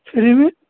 free में